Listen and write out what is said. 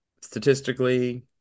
statistically